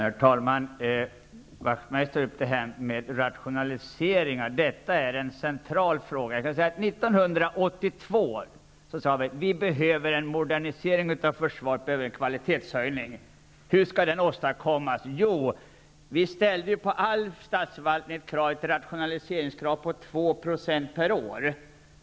Herr talman! Wachtmeister talar om rationaliseringar. Detta är en central fråga. 1982 sade vi att vi behöver en modernisering av försvaret och en kvalitetshöjning. Hur skall den åstadkommas? Jo, vi ställde på all statsförvaltning ett krav på en rationalisering motsvarande 2 % per år.